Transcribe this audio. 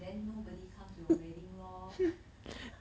then nobody come to your wedding lor